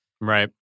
right